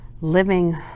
living